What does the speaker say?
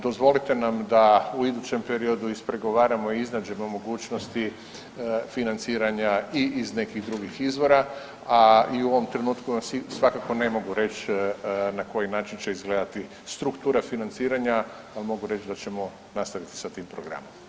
Dozvolite nam da u idućem periodu ispregovaramo i iznađemo mogućnosti financiranja i iz nekih drugih izvora, a i u ovom trenutku vam svakako ne mogu reć na koji način će izgledati struktura financiranja, a mogu reći da ćemo nastaviti sa tim programom.